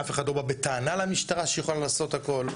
אף אחד לא בא בטענה למשטרה שיכולה לעשות הכל,